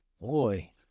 boy